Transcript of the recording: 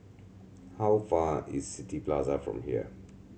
how far is City Plaza from here